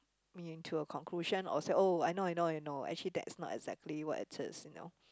me into a conclusion or say oh I know I know I know actually that's not exactly what it is you know